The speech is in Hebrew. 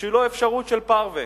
שהיא לא אפשרות פרווה.